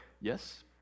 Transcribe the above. yes